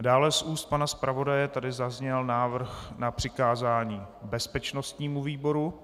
Dále z úst pana zpravodaje zazněl návrh na přikázání bezpečnostnímu výboru.